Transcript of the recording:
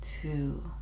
two